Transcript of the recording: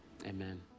amen